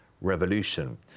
revolution